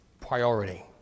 priority